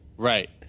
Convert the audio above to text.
Right